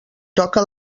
toca